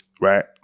right